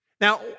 Now